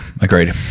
agreed